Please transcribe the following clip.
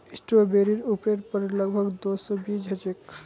स्ट्रॉबेरीर उपरेर पर लग भग दो सौ बीज ह छे